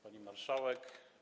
Pani Marszałek!